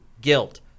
Guilt